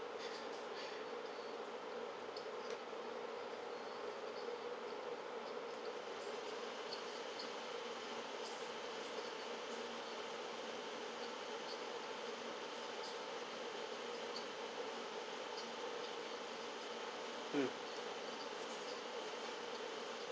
mm